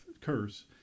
curse